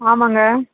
ஆமாங்க